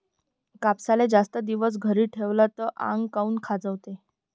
कापसाले जास्त दिवस घरी ठेवला त आंग काऊन खाजवते?